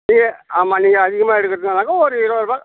நீங்கள் ஆமாம் நீங்கள் அதிகமாக எடுக்கிறதுனாக்கா ஒரு இருவது ரூபா